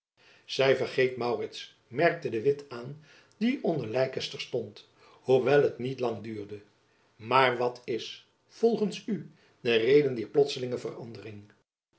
zy vergeet maurits merkte de witt aan die onder leycester stond hoewel het niet lang duurde maar wat is volgends u de reden dier plotselinge verandering